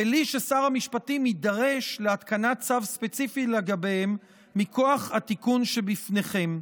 בלי ששר המשפטים יידרש להתקנת צו ספציפי לגביהם מכוח התיקון שבפניכם.